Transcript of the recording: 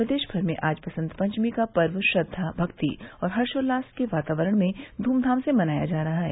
प्रदेश भर में आज वसंत पंचमी का पर्व श्रद्वा भक्ति और हर्षोल्लास के वातावरण में ध्रमधाम से मनाया जा रहा है